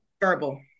Verbal